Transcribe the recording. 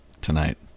tonight